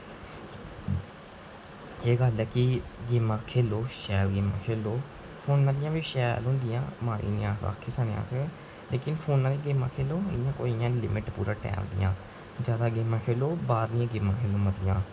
एह् गल्ल है कि गेमां खेढो शैल गेमां खेलो फोने दी बी शैल होंदियां मन इ'यां आक्खी सकने आं अस लेकिन फोने आह्ली गेमां खैढो इ'यां कोई इ'यां लिमट पूरे टाइम दियां जैदा गेमां खेढो बाह्र दियां गेमां खेढो मतियां